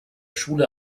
schule